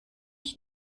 ich